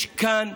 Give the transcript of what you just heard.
יש כאן,